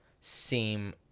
seem